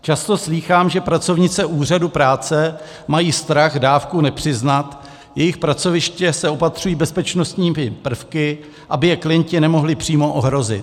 Často slýchám, že pracovnice úřadů práce mají strach dávku nepřiznat, jejich pracoviště se opatřují bezpečnostními prvky, aby je klienti nemohli přímo ohrozit.